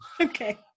Okay